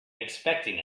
expecting